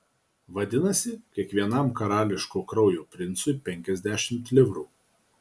vadinasi kiekvienam karališko kraujo princui penkiasdešimt livrų